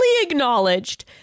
acknowledged